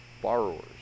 borrowers